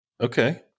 Okay